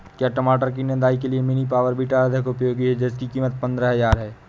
क्या टमाटर की निदाई के लिए मिनी पावर वीडर अधिक उपयोगी है जिसकी कीमत पंद्रह हजार है?